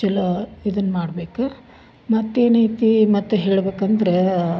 ಕೆಲವು ಇದನ್ನ ಮಾಡಬೇಕು ಮತ್ತು ಏನೈತಿ ಮತ್ತು ಹೇಳ್ಬೇಕೆಂದರೆ